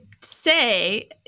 say